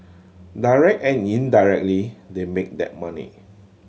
direct and indirectly they make that money